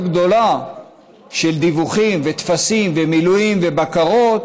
גדולה של דיווחים וטפסים ומילויים ובקרות